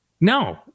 No